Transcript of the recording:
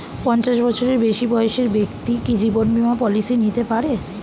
পঞ্চাশ বছরের বেশি বয়সের ব্যক্তি কি জীবন বীমা পলিসি নিতে পারে?